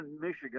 Michigan